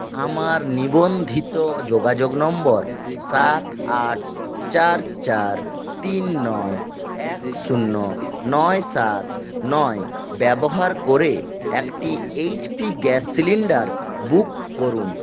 আমার নিবন্ধিত যোগাযোগ নম্বর সাত আট চার চার তিন নয় এক শূন্য নয় সাত নয় ব্যবহার করে একটি এইচপি গ্যাস সিলিন্ডার বুক করুন